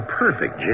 perfect